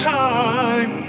time